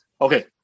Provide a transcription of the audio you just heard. Okay